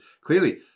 clearly